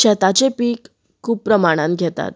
शेताचें पीक खूब प्रमाणान घेतात